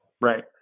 Right